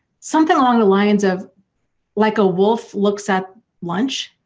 something along the lines of like a wolf looks at lunch.